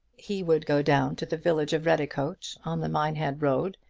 he would go down to the village of redicote, on the minehead road,